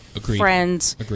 friends